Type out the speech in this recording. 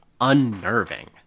unnerving